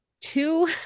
two